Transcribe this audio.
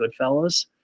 Goodfellas